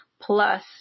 plus